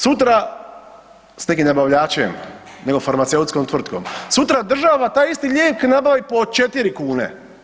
Sutra s nekim dobavljačem, nekom farmaceutskom tvrtkom, sutra država taj isti lijek nabavi po 4 kune.